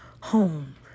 home